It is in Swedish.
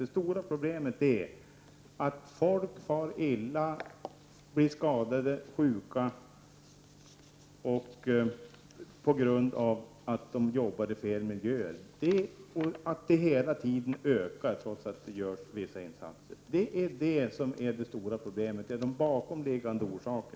Det stora problemet är att människor far illa, blir skadade och sjuka på grund av att de arbetar i fel miljöer. Skadorna ökar hela tiden trots att vi gör vissa insatser. Det är detta som är det stora problemet och den bakomliggande orsaken.